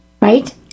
right